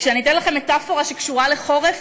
כשאני אתן לכם מטפורה שקשורה לחורף,